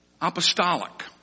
apostolic